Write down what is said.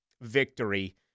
victory